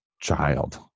child